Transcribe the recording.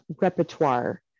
repertoire